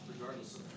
Regardless